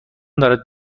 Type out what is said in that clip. دارد